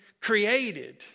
Created